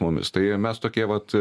mumis tai mes tokie vat